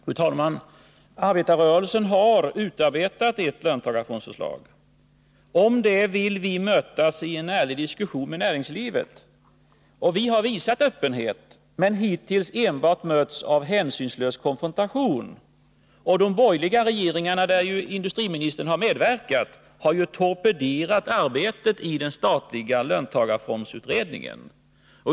Fru talman! Arbetarrörelsen har utarbetat ett löntagarfondsförslag. Om det vill vi mötas i en ärlig diskussion med näringslivet. Och vi har visat öppenhet, men hittills mötts av enbart hänsynlös konfrontation. De borgerliga regeringar där industriministern har medverkat har ju torpederat arbetet i den statliga löntagarfondsutredningen.